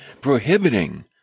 prohibiting